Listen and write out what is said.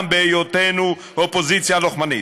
גם בהיותנו אופוזיציה לוחמנית: